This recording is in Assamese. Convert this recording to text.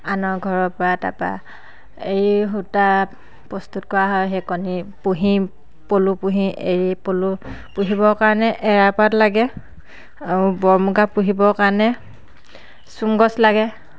আনৰ ঘৰৰ পৰা তাপা এৰী সূতা প্ৰস্তুত কৰা হয় সেই কণী পুহি পলু পুহি এৰী পলু পুহিবৰ কাৰণে এৰা পাত লাগে আৰু বৰ মুগা পুহিবৰ কাৰণে চোম গছ লাগে